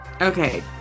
Okay